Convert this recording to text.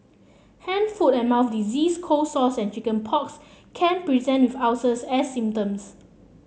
hand foot and mouth disease cold sores and chicken pox can present with ulcers as symptoms